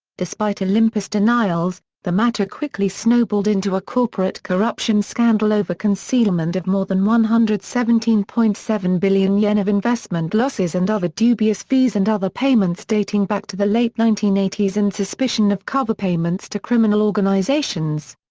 despite olympus' denials, the matter quickly snowballed into a corporate corruption scandal over concealment of more than one hundred and seventeen point seven billion yen of investment losses and other dubious fees and other payments dating back to the late nineteen eighty s and suspicion of covert payments to criminal organisations.